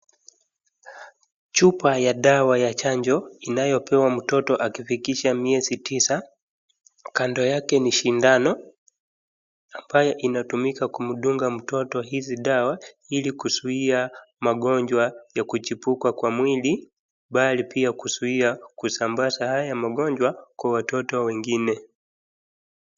Chupa ya dawa ya chanjo inayopewa mtoto akifikisha miezi tisa, kando yake ni sindano ambaye inatumika kumdunga mtoto hizi dawa ili kuzuia magonjwa ya kuchipuka kwa mwili bali pia kuzuia kusambaza haya magonjwa kwa watoto wengine.